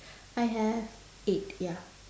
I have eight ya